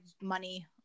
money